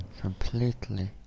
Completely